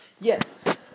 Yes